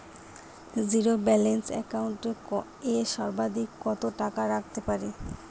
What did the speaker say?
Zero balance account এ সর্বাধিক কত টাকা রাখতে পারি?